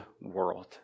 world